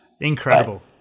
Incredible